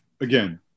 again